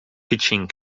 pitching